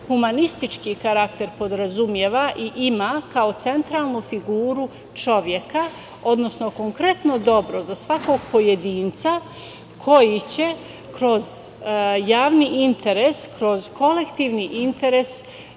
humanistički karakter podrazumeva i ima kao centralnu figuru čoveka, odnosno konkretno dobro za svakog pojedinca koji će kroz javni interes, kroz kolektivni interes